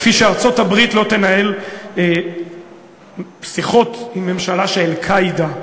כפי שארצות-הברית לא תנהל שיחות עם ממשלה ש"אל-קאעידה"